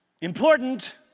Important